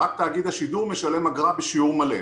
רק תאגיד השידור משלם אגרה בשיעור מלא.